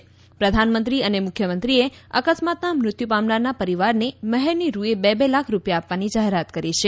પ્રધાનમંત્રી અને મુખ્યમંત્રીએ અકસ્માતમાં મૃત્યુ પામનારના પરિવારને મ્ફેરની રૂએ બે બે લાખ રૂપિયા આપવાની જાહેરાત કરી છે